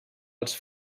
els